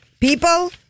people